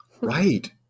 Right